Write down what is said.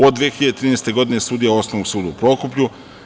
Od 2013. godine je sudija Osnovnog suda u Prokuplju.